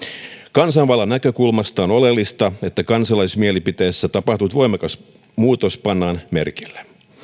kansanvallan näkökulmasta on oleellista että kansalaismielipiteessä tapahtunut voimakas muutos pannaan merkille